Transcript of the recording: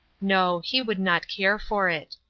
no he would not care for it.